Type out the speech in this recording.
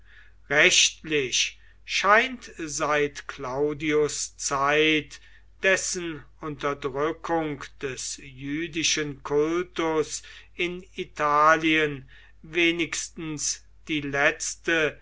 rechtlich scheint seit claudius zeit dessen unterdrückung des jüdischen kultus in italien wenigstens die letzte